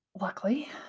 luckily